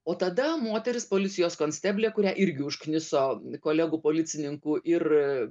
o tada moteris policijos konsteblė kurią irgi užkniso kolegų policininkų ir